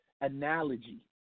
analogy